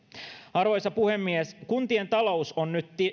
arvoisa puhemies kuntien talous on nyt